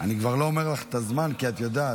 אני כבר לא אומר לך את הזמן כי את יודעת,